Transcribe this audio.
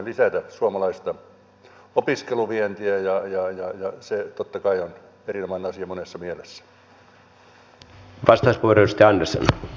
me haluamme lisätä suomalaista opiskeluvientiä ja se totta kai on erinomainen asia monessa mielessä